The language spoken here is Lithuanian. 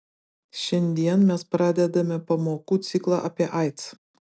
šiandien mes pradedame pamokų ciklą apie aids